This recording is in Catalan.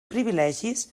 privilegis